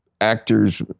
actors